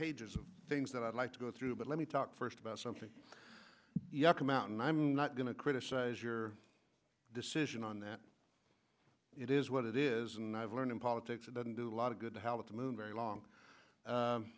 pages of things that i'd like to go through but let me talk first about something come out and i'm not going to criticize your decision on that it is what it is and i've learned in politics it doesn't do a lot of good to how the moon very long